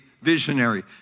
visionary